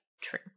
True